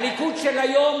הליכוד של היום